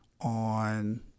on